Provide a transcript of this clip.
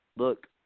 look